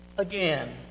again